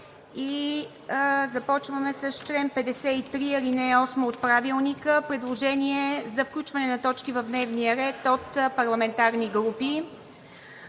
започваме с чл. 53, ал. 8 от Правилника – предложения за включване на точки в дневния ред от парламентарни групи.